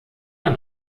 ein